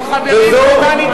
עם חברים כמו דני דנון,